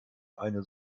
eine